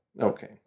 Okay